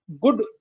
good